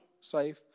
safe